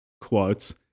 quotes